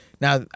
now